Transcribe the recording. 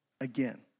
again